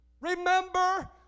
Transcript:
Remember